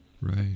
Right